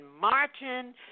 marching